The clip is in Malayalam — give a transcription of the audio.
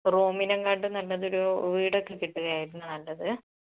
റൂമിനെങ്കാട്ടും നല്ലത് ഒരു വീടൊക്കെ കിട്ടുകയായിരുന്നു നല്ലത്